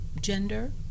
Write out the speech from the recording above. gender